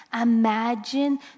Imagine